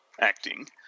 acting